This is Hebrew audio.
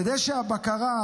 כדי שהבקרה,